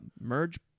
Merge